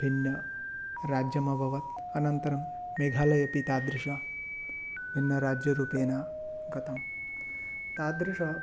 भिन्नराज्यम् अभवत् अनन्तरं मेघालयेपि तादृशं भिन्नराज्यरूपेण गतं तादृश